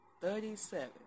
Thirty-seven